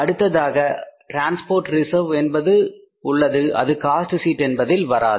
அடுத்ததாக transport reserve என்பது உள்ளது அது காஸ்ட் ஷீட் என்பதில் வராது